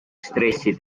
stressi